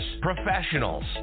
professionals